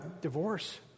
divorce